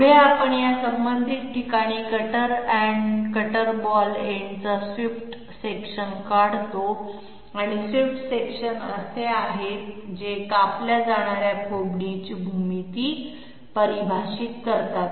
पुढे आपण या संबंधित ठिकाणी कटर एंड कटर बॉल एंडचा स्वीप्ट सेक्शन काढतो आणि स्वीप्ट सेक्शन असे आहेत जे कापल्या जाणार्या खोबणीची भूमिती परिभाषित करतात